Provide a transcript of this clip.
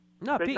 No